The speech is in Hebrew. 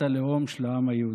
של חברת הכנסת קרן ברק.